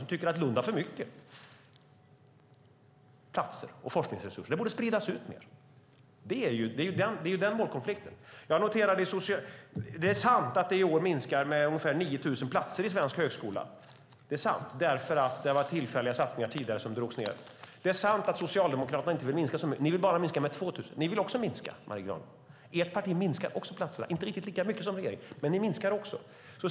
De tycker att Lund har för mycket platser och forskningsresurser och att det borde spridas ut mer. Detta är den målkonflikt som finns. Det är sant att det i år minskar med ungefär 9 000 platser i svensk högskola därför att det tidigare gjorts tillfälliga satsningar som nu dras ned. Det är också sant att Socialdemokraterna inte vill minska riktigt lika mycket som regeringen - bara med 2 000 platser. Men det är i alla fall en minskning av antalet platser som ert parti vill ha, Marie Granlund.